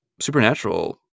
supernatural